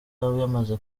yamaze